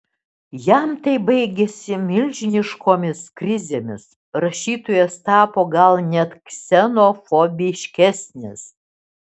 jam tai baigėsi milžiniškomis krizėmis rašytojas tapo gal net ksenofobiškesnis